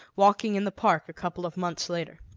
walking in the park a couple of months later.